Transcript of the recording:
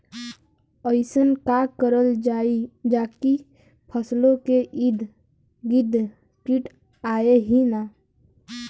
अइसन का करल जाकि फसलों के ईद गिर्द कीट आएं ही न?